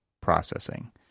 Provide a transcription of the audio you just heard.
processing